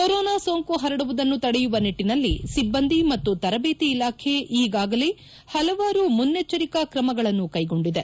corona ಸೋಂಕು ಪರಡುವುದನ್ನು ತಡೆಯುವ ನಿಟ್ಟನಲ್ಲಿ ಸಿಬ್ಲಂದಿ ಮತ್ತು ತರಬೇತಿ ಇಲಾಖೆ ಈಗಾಗಲೇ ಹಲವಾರು ಮುನ್ನೆಚ್ಚರಿಕಾ ಕ್ರಮಗಳನ್ನು ಕೈಗೊಂಡಿದೆ